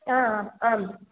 हा आम्